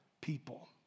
people